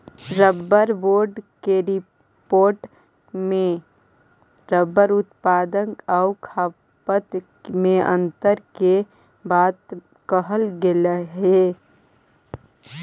rubber board के report में rubber उत्पादन आउ खपत में अन्तर के बात कहल गेलइ हे